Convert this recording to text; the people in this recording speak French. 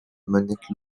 monique